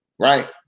right